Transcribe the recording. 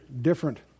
different